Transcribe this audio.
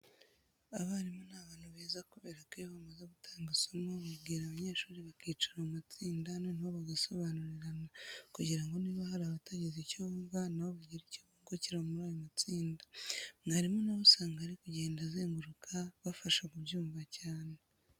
Abarimu ni abantu beza kubera ko iyo bamaze gutanga isomo babwira abanyeshuri bakicara mu matsinda noneho bagasobanurirana kugira ngo niba hari abatagize icyo bumva na bo bagire icyo bungukira muri ayo matsinda. Mwarimu na we usanga ari kugenda azenguruka bafasha kubyumva cyane.